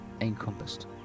encompassed